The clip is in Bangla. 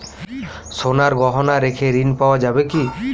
সোনার গহনা রেখে ঋণ পাওয়া যাবে কি?